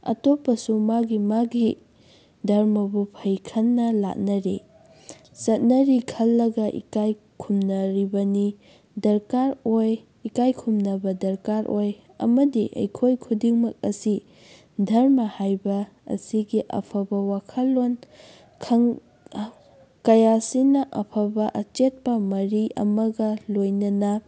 ꯑꯇꯣꯞꯄꯁꯨ ꯃꯥꯒꯤ ꯃꯥꯒꯤ ꯙꯔꯃꯕꯨ ꯐꯩ ꯈꯟꯅ ꯂꯥꯠꯅꯔꯤ ꯆꯠꯅꯔꯤ ꯈꯜꯂꯒ ꯏꯀꯥꯏ ꯈꯨꯝꯅꯔꯤꯕꯅꯤ ꯗꯔꯀꯥꯔ ꯑꯣꯏ ꯏꯀꯥꯏ ꯈꯨꯝꯅꯕ ꯗꯔꯀꯥꯔ ꯑꯣꯏ ꯑꯃꯗꯤ ꯑꯩꯈꯣꯏ ꯈꯨꯗꯤꯡꯃꯛ ꯑꯁꯤ ꯙꯔꯃ ꯍꯥꯏꯕ ꯑꯁꯤꯒꯤ ꯑꯐꯕ ꯋꯥꯈꯜꯂꯣꯟ ꯀꯌꯥꯁꯤꯅ ꯑꯐꯕ ꯑꯆꯦꯠꯄ ꯃꯔꯤ ꯑꯃꯒ ꯂꯣꯏꯅꯅ